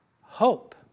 hope